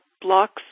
blocks